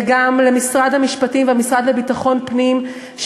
וגם למשרד המשפטים ולמשרד לביטחון פנים,